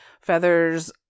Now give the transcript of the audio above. feathers